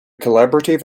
collaborative